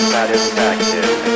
Satisfaction